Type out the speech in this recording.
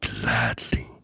gladly